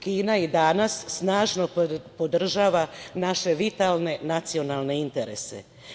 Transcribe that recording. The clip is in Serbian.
Kina i danas snažno podržava naše vitalne nacionalne interese.